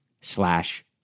slash